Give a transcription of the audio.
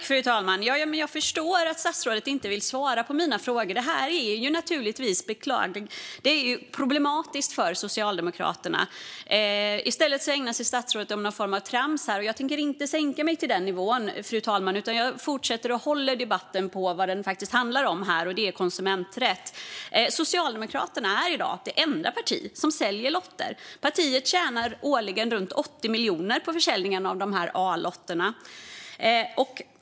Fru talman! Jag förstår att statsrådet inte vill svara på mina frågor, för det här är naturligtvis beklagligt och problematiskt för Socialdemokraterna. I stället ägnar sig statsrådet åt någon form av trams här. Jag tänker inte sänka mig till den nivån, fru talman, utan jag fortsätter att hålla mig till vad debatten faktiskt handlar om: konsumenträtt. Socialdemokraterna är i dag det enda parti som säljer lotter. Partiet tjänar årligen runt 80 miljoner på försäljningen av A-lotterna.